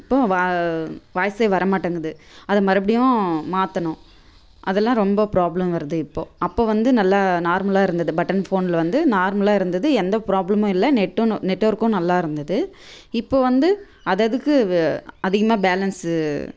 இப்போ வ வாய்ஸே வர மாட்டேங்குது அதை மறுபடியும் மாற்றணும் அதெல்லாம் ரொம்ப ப்ராப்ளம் வருது இப்போது அப்போ வந்து நல்லா நார்மலாக இருந்தது பட்டன் ஃபோனில் வந்து நார்மலாக இருந்தது எந்த ப்ராப்ளமும் இல்லை நெட்டும் நெட்ஒர்க்கும் நல்லா இருந்தது இப்போது வந்து அதை அதுக்கு வ அதிகமாக பேலன்ஸ்ஸு